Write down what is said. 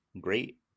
great